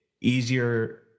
easier